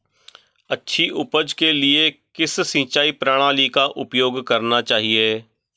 अच्छी उपज के लिए किस सिंचाई प्रणाली का उपयोग करना चाहिए?